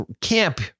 camp